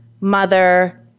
mother